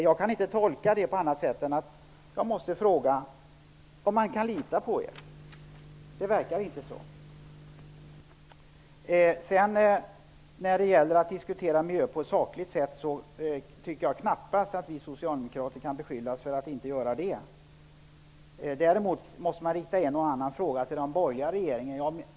Jag kan inte annat än fråga: Kan man lita på er? Det verkar inte så. När det gäller att diskutera miljöpolitik på ett sakligt sätt tycker jag knappast att vi socialdemokrater kan beskyllas för att inte göra det. Däremot måste man rikta en och annan fråga till den borgerliga regeringen.